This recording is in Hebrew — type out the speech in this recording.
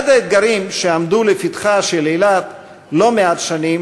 אחד האתגרים שעמדו לפתחה של אילת לא מעט שנים